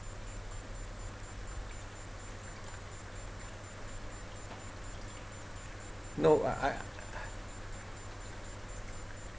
no I I